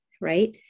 right